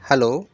hello